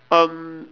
um